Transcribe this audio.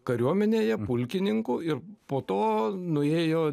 kariuomenėje pulkininku ir po to nuėjo